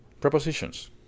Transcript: Prepositions